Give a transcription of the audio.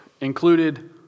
included